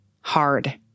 hard